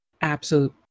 absolute